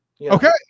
Okay